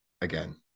again